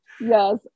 yes